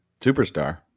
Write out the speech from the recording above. Superstar